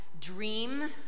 dream